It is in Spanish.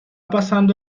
pasando